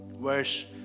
verse